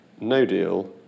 No-deal